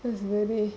that's really